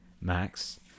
max